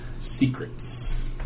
Secrets